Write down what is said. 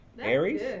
Aries